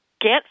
get